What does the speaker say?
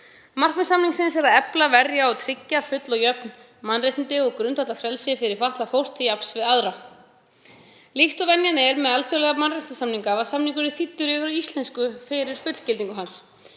Markmið samningsins er að efla, verja og tryggja full og jöfn mannréttindi og grundvallarfrelsi fyrir fatlað fólk til jafns við aðra. Líkt og venjan er með alþjóðlega mannréttindasamninga var samningurinn þýddur yfir á íslensku fyrir fullgildingu hans.